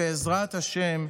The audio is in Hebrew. בעזרת השם,